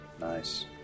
Nice